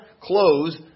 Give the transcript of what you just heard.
clothes